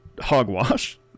hogwash